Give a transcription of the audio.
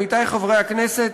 עמיתי חברי הכנסת,